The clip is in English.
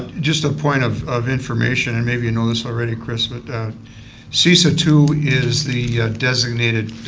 just a point of of information. and maybe you know this already, chris. but cesa two is the designated